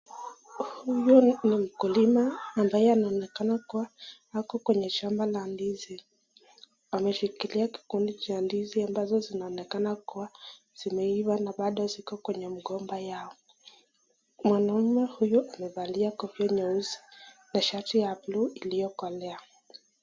Huyu ni mkulima ambaye anaonekana kuwa ako kwenye shamba la ndizi. Ameshikilia kikundi cha ndizi ambazo zinaonekana kuwa zimeiva na bado ziko kwenye mgomba yao. Mwanaume huyu amevalia kofia nyeusi na shati ya bluu iliyokolea.